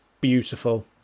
beautiful